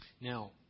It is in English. Now